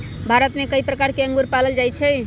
भारत में कई प्रकार के अंगूर पाएल जाई छई